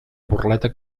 burleta